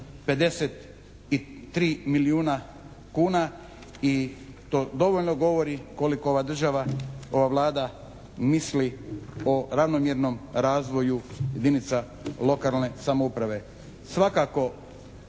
753 milijuna kuna i to dovoljno govori koliko ova država, ova Vlada misli o ravnomjernom razvoju jedinica lokalne samouprave. Svakako